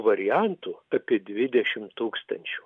variantų apie dvidešim tūkstančių